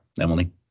Emily